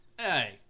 Hey